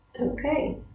okay